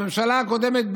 הממשלה הקודמת,